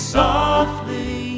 softly